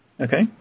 Okay